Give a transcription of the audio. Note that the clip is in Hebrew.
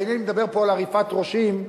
ואינני מדבר פה על עריפת ראשים,